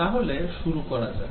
তাহলে শুরু করা যাক